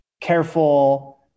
careful